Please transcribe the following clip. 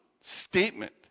statement